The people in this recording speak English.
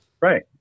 Right